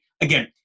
again